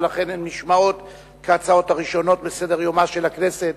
ולכן הן נשמעות כהצעות הראשונות בשבוע בסדר-יומה של הכנסת,